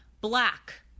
black